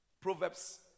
Proverbs